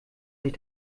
sich